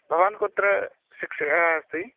भवान् कुत्र शिक्षकः अ अस्ति